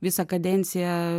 visą kadenciją